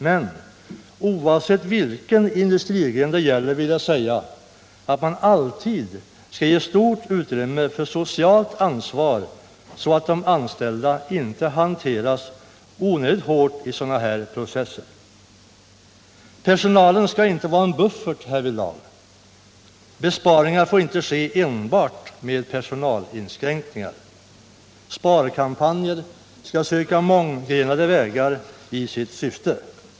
Men oavsett vilken industrigren det gäller vill jag säga att man alltid skall ge stort utrymme för socialt ansvar, så att de anställda inte hanteras onödigt hårt i dylika processer. Personalen skall inte vara en buffert härvidlag. Besparingar får inte ske enbart med personalinskränkningar. Sparkampanjer skall söka månggrenade vägar i sina syften.